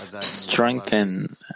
strengthen